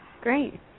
Great